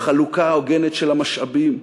החלוקה ההוגנת של המשאבים,